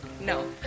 no